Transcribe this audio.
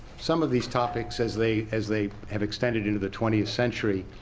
some of these topics as they as they have extended into the twentieth century.